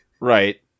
Right